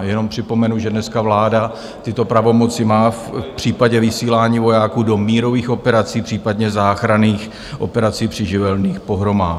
Jenom připomenu, že dneska vláda tyto pravomoci má v případě vysílání vojáků do mírových operací, případně záchranných operací při živelních pohromách.